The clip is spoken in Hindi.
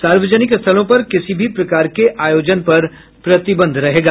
सार्वजनिक स्थलों पर किसी भी प्रकार के आयोजन पर प्रतिबंध रहेगा